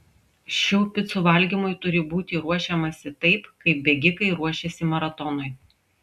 šių picų valgymui turi būti ruošiamasi taip kaip bėgikai ruošiasi maratonui